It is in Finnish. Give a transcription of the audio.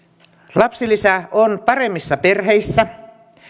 lapsilisä on paremmissa perheissä